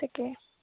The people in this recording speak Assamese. ঠিকে